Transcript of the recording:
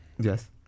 yes